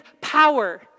power